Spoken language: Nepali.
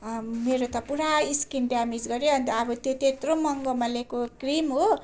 मेरो त पुरा स्किन ड्यामेज गर्यो अन्त अब त्यो त्यत्रो महँगोमा लिएको क्रिम हो